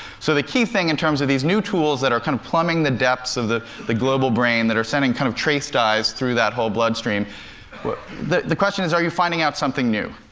so the key thing in terms of these new tools that are kind of plumbing the depths of the the global brain, that are sending kind of trace dyes through that whole bloodstream but the the question is, are you finding out something new?